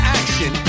action